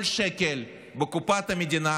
כל שקל בקופת המדינה